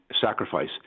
sacrifice